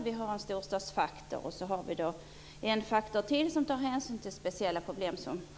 Vi har en storstadsfaktor, och vi har ytterligare en faktor som tar hänsyn till speciella problem.